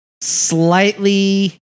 slightly